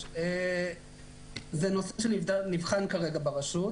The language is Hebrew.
ינון, קצת